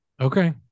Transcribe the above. okay